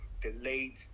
delayed